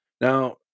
Now